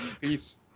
Peace